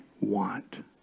want